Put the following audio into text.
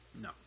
No